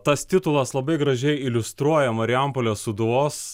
tas titulas labai gražiai iliustruoja marijampolės sūduvos